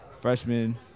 Freshman